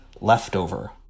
leftover